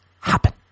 happen